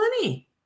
money